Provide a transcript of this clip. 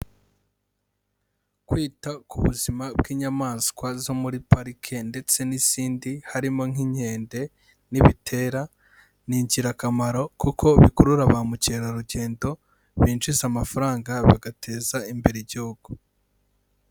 Kwita ku buzima bw'inyamaswa zo muri parike ndetse n'izindi, harimo nk'inkende n'ibitera ni ingirakamaro kuko bikurura ba mukerarugendo, binjiza amafaranga bagateza imbere igihugu.